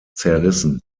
zerrissen